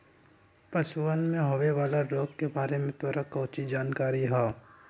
पशुअन में होवे वाला रोग के बारे में तोरा काउची जानकारी हाउ?